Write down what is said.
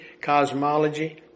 cosmology